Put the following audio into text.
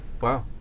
Wow